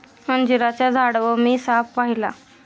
अंजिराच्या झाडावर मी साप पाहिला